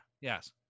Yes